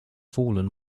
fallen